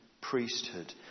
priesthood